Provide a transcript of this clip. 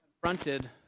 confronted